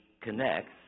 connects